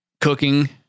cooking